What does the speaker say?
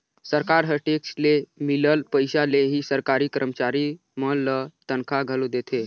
सरकार ह टेक्स ले मिलल पइसा ले ही सरकारी करमचारी मन ल तनखा घलो देथे